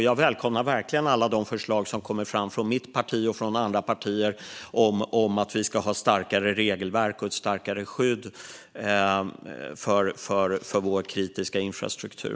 Jag välkomnar därför alla de förslag som kommer fram från mitt parti och från andra partier om att vi ska ha starkare regelverk och ett starkare skydd för vår kritiska infrastruktur.